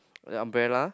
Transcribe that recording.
a umbrella